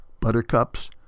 Buttercups